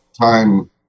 time